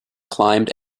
climbed